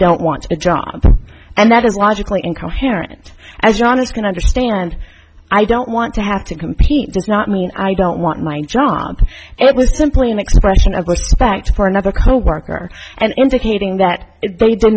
don't want the job and that is logically incoherent as john is can understand i don't want to i have to compete does not mean i don't want my job it was simply an expression of respect for another coworker and indicating that they did